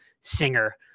singer